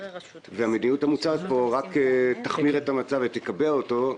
והמדיניות המוצעת פה רק תחמיר את המצב ותְקַבֵע אותו.